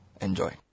Enjoy